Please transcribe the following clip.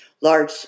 large